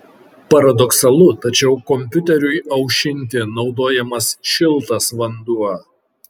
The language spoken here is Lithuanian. paradoksalu tačiau kompiuteriui aušinti naudojamas šiltas vanduo